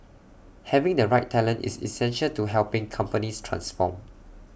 having the right talent is essential to helping companies transform